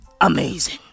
amazing